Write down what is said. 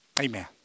Amen